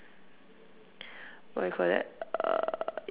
what you call that err